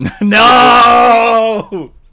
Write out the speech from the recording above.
No